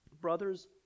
Brothers